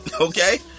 okay